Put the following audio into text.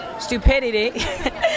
stupidity